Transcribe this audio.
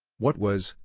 what was,